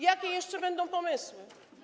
Jakie jeszcze będą pomysły?